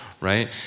right